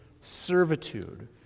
servitude